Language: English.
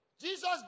Jesus